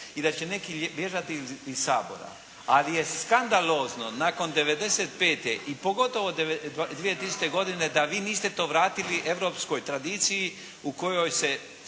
i da će neki bježati iz Sabora. Ali je skandalozno nakon '95. i pogotovo 2000. godine da vi to niste vratili europskoj tradiciji u kojoj se